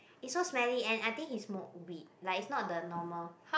it's so smelly and I think he smoke weed like it's not the normal